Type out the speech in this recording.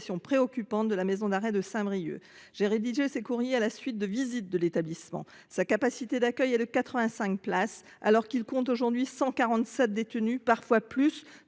préoccupante de la maison d'arrêt de Saint-Brieuc. J'ai rédigé ces courriers à la suite de visites de l'établissement. Sa capacité d'accueil est de 85 places alors qu'il compte aujourd'hui 147 détenus, parfois plus,